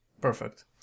Perfect